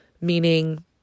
meaning